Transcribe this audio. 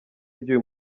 ibyo